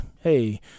hey